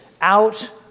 out